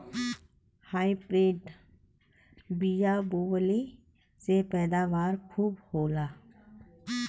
hybrid बिया बोवले से पैदावार खूब होला